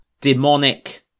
demonic